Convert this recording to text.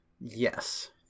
Yes